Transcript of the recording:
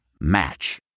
Match